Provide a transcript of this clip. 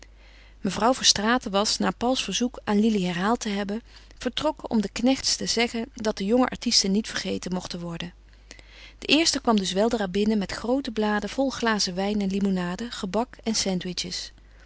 mevrouw verstraeten was na pauls verzoek aan lili herhaald te hebben vertrokken om den knechts te zeggen dat de jonge artisten niet vergeten mochten worden de eersten kwamen dus weldra binnen met groote bladen vol glazen wijn en limonade gebak en